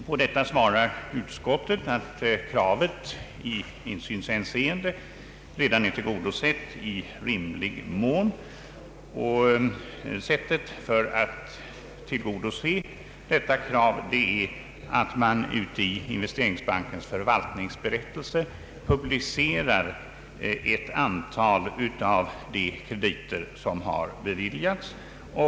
På detta svarar utskottet att kravet vad beträffar insyn redan är tillgodosett i rimlig mån på så sätt att man i Investeringsbankens förvaltningsberättelse publicerar ett antal av de krediter som har beviljats.